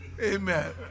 Amen